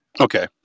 Okay